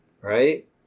right